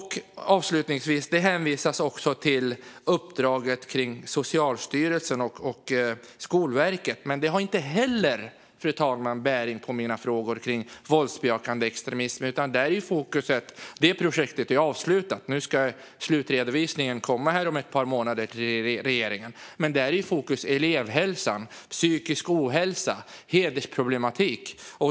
Avslutningsvis: Det hänvisas också till uppdraget kring Socialstyrelsen och Skolverket. Men, fru talman, det har inte heller bäring på mina frågor kring våldsbejakande extremism. Projektet är avslutat, och slutredovisningen ska komma om ett par månader till regeringen. Men där är fokus elevhälsan, psykisk ohälsa och hedersproblematik.